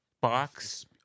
box